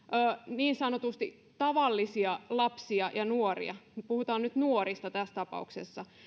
niin sanotusti tavallisia lapsia ja nuoria puhutaan nyt nuorista tässä tapauksessa